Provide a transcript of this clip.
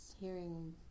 hearing